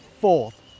fourth